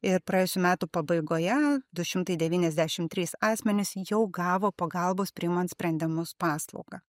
ir praėjusių metų pabaigoje du šimtai devyniasdešimt trys asmenys jau gavo pagalbos priimant sprendimus paslaugą